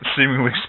seemingly